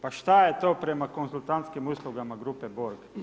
Pa šta je to prema konzultantskim uslugama grupe Borg?